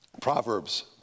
Proverbs